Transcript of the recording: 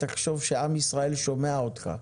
תחשוב שעם ישראל שומע אותך,